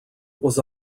was